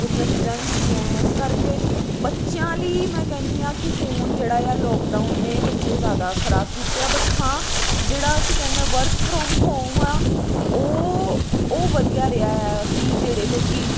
ਬੁਰੀਆਂ ਚੀਜ਼ਾਂ ਵੀ ਹੁੰਦੀਆਂ ਆ ਇਸ ਕਰਕੇ ਬੱਚਿਆਂ ਲਈ ਮੈਂ ਕਹਿੰਦੀ ਹਾਂ ਕਿ ਫੋਨ ਜਿਹੜਾ ਆ ਲੋਕਡਾਊਨ ਨੇ ਬੱਚੇ ਜ਼ਿਆਦਾ ਖ਼ਰਾਬ ਕੀਤੇ ਆ ਬਟ ਹਾਂ ਜਿਹੜਾ ਅਸੀਂ ਕਹਿੰਦੇ ਹਾਂ ਵਰਕ ਫਰੋਮ ਹੋਮ ਆ ਉਹ ਉਹ ਵਧੀਆ ਰਿਹਾ ਆ ਕਿ ਜਿਹੜੇ ਲੋਕ